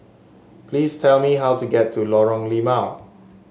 please tell me how to get to Lorong Limau